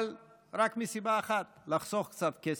אבל רק מסיבה אחת: לחסוך קצת כסף.